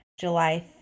July